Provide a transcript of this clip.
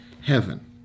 heaven